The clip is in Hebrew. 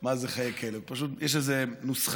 מה זה חיי כלב, יש איזו נוסחה,